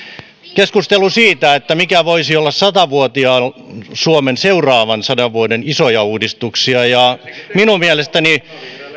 keskustelu siitä mitkä voisivat olla sata vuotiaan suomen seuraavan sadan vuoden isoja uudistuksia ja minun mielestäni